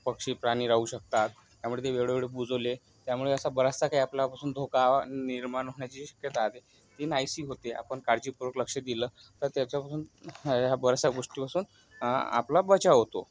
पक्षी प्राणी राहू शकतात त्यामुळे ते वेळोवेळी बुजवले त्यामुळे असा बऱ्याचसा काही आपल्यापासून धोका निर्माण होण्याची शक्यता राहते ती नाहीशी होते आपण काळजीपूर्वक लक्ष दिलं तर त्याच्यापासून बऱ्याचशा गोष्टीपासून आपला बचाव होतो